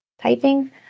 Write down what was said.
typing